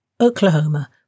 Oklahoma